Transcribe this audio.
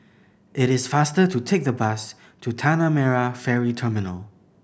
it is faster to take the bus to Tanah Merah Ferry Terminal